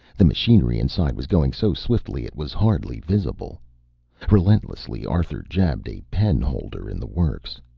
the machinery inside was going so swiftly it was hardly visible relentlessly, arthur jabbed a penholder in the works.